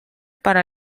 para